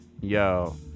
Yo